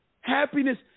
Happiness